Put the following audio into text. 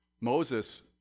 Moses